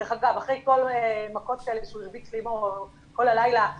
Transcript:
דרך אגב אחרי כל מכות כאלה שהוא הרביץ לאמו כל הלילה הוא